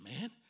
man